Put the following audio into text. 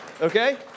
Okay